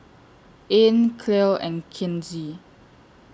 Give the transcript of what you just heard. Ean Clell and Kinsey